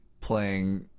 playing